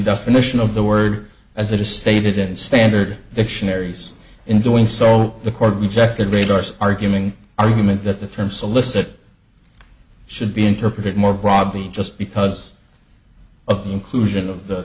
definition of the word as it is stated in standard dictionaries in doing so the court rejected radars arguing argument that the term solicit should be interpreted more broadly just because of the inclusion of the